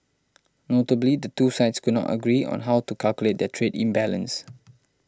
notably the two sides could not agree on how to calculate their trade imbalance